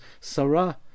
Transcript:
Sarah